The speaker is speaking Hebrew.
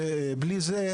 ללא זאת,